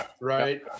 right